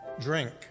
drink